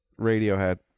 Radiohead